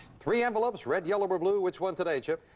three envelopes red, yellow or blue, which one today, chip?